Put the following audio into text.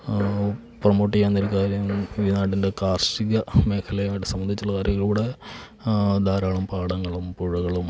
promote ചെയ്യാൻ എന്തേലും കാര്യം ഈ നാടിൻ്റെ കാർഷിക മേഖലയുമായിട്ട് സംബന്ധിച്ചിട്ടുള്ള കാര്യങ്ങളിലൂടെ ധാരാളം പാടങ്ങളും പുഴകളും